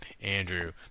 Andrew